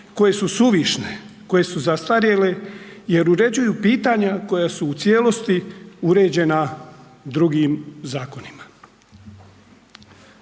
koje su suvišne, koje su zastarjele jer uređuju pitanja koja su u cijelosti uređena drugim zakonima.